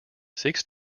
six